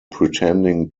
pretending